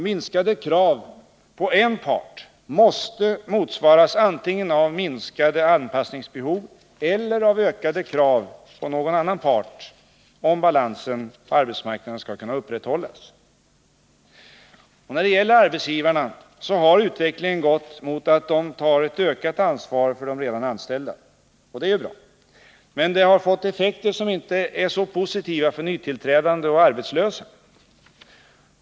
Minskade krav på en part måste motsvaras antingen av minskade anpassningsbehov eller av ökade krav på någon annan part om balansen på arbetsmarknaden skall kunna upprätthållas. När det gäller arbetsgivarna har utvecklingen gått mot att de tar ett ökat ansvar för de redan anställda. Det är bra. Men det har fått effekter som inte är så positiva för nytillträdande och arbetslösa.